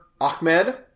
Ahmed